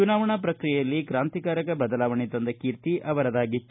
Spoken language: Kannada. ಚುನಾವಣಾ ಪ್ರಕ್ರಿಯೆಯಲ್ಲಿ ಕ್ರಾಂತಿಕಾರಕ ಬದಲಾವಣೆ ತಂದ ಕೀರ್ತಿ ಅವರದಾಗಿತ್ತು